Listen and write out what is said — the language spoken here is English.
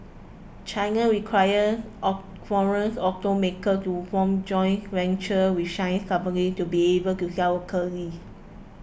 China requires foreign automakers to form joint ventures with Chinese companies to be able to sell locally